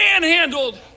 manhandled